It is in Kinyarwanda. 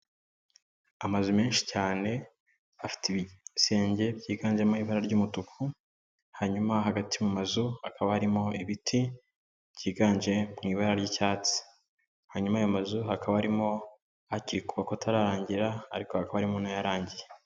Amazu menshi cyane, afite ibisenge byiganjemo ibara ry'umutuku, hanyuma hagati mu mazu hakaba harimo ibiti byiganje mu ibara ry'icyatsi, hanyuma ayo mazu hakaba harimo akiri kubakwa atararangira, ariko hakaba harimo n'ayarangiye.